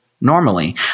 normally